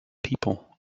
people